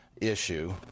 issue